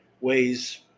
ways